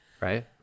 right